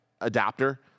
adapter